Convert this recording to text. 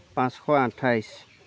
পাঁচশ আঠাইছ